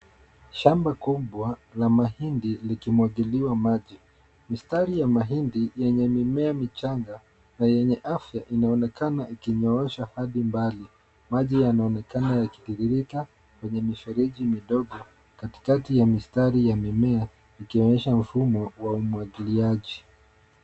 Shamba kubwa la mahindi likimwagiliwa maji. Mistari ya mahindi yenye mimea michanga na yenye afya inaonekana ikinyoosha hadi mbali. Maji yanaonekana yakitiririka kwenye mifereji midogo katikati ya mistari ya mimea ikionyesha mfumo wa umwagiliaji.